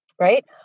Right